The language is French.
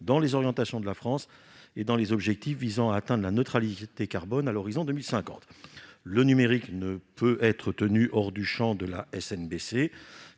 dans les orientations de la France et dans les objectifs visant à atteindre la neutralité carbone à l'horizon 2050. Le numérique ne saurait être tenu hors du champ de la SNBC,